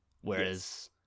Whereas